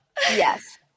Yes